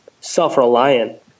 self-reliant